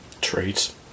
Traits